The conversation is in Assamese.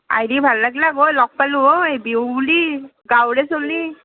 আহিলে ভাল লাগলাক হয় লগ পালো হয় বিহু বুলি গাঁৱৰে চলি